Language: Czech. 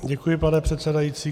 Děkuji, pane předsedající.